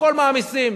הכול מעמיסים.